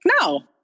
no